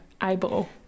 eyeball